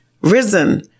risen